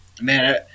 Man